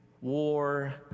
war